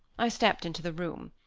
i stepped into the room,